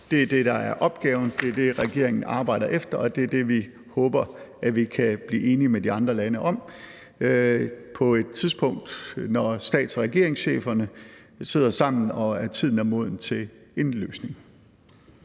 Det er det, der er opgaven. Det er det, regeringen arbejder efter, og det er det, vi håber vi kan blive enige med de andre lande om på et tidspunkt, når stats- og regeringscheferne sidder sammen og tiden er moden til en løsning.